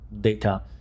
data